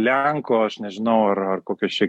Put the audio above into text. lenkų aš nežinau ar ar kokios čia